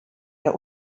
der